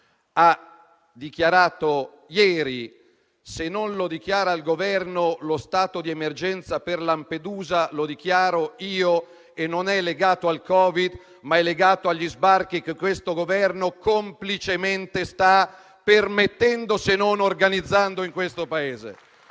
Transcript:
ha dichiarato ieri: se non lo dichiara il Governo, lo stato di emergenza per Lampedusa lo dichiaro io. E questo stato di emergenza non è legato al Covid-19, ma è legato agli sbarchi che questo Governo, complicemente, sta permettendo, se non organizzando, in questo Paese.